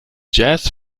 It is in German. jazz